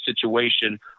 situation